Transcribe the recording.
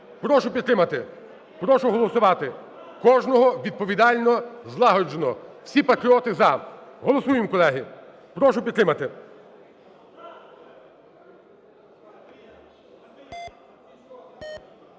Прошу підтримати, прошу голосувати! Кожного відповідально, злагоджено. Всі патріоти "за". Голосуємо, колеги. Прошу підтримати.